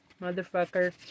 motherfucker